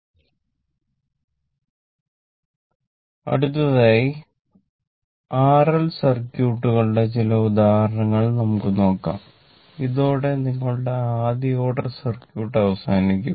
അതിനാൽ അടുത്തതായി ആയി ആർഎൽ സർക്യൂട്ടുകളുടെ ചില ഉദാഹരണങ്ങൾ നമുക്ക് നോക്കാം ഇതോടെ നിങ്ങളുടെ ആദ്യ ഓർഡർ സർക്യൂട്ട് അവസാനിക്കും